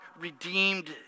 redeemed